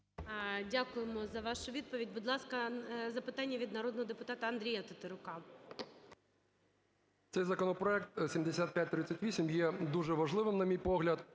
Дякуємо за вашу відповідь. Будь ласка, запитання від народного депутата Андрія Тетерука. 12:56:00 ТЕТЕРУК А.А. Цей законопроект 7538 є дуже важливим, на мій погляд,